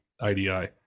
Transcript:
idi